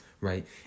right